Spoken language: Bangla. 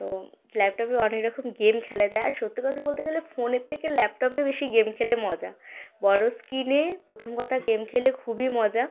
তো ল্যাপটপে অনেক রকম গেম খেলা যায় আর সত্যি কথা বলতে গেলে ফোনের থেকে ল্যাপটপে বেশি গেম খেলে মজা বড়ো স্ক্রিনে প্রথম কথা গেম খেলে খুবই মজা